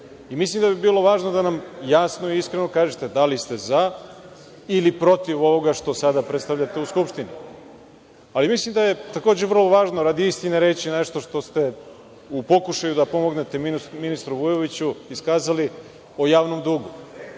sedite. Mislim da bi bilo važno da nam jasno i iskreno kažete da li ste za ili protiv ovoga što sada predstavljate u Skupštini? Mislim da je takođe vrlo važno, radi istine, reći nešto što ste u pokušaju da pomognete ministru Vujoviću iskazali o javnom dugu.